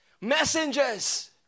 messengers